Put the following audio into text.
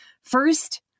First